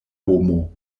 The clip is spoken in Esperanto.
homo